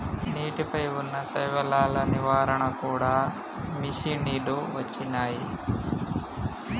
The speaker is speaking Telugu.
నీటి పై వున్నా శైవలాల నివారణ కూడా మషిణీలు వచ్చినాయి